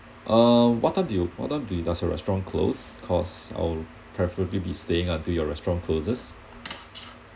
uh what time do you what time do you does the restaurant close cause I'll preferably be staying until your restaurant closes